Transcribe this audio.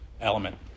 element